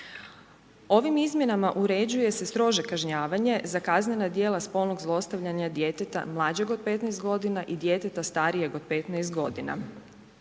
Ovim izmjenama uređuje se strože kažnjavanje za kaznena djela spolnog zlostavljanja djeteta mlađeg od 15 godina i djeteta starijeg od 15 godina.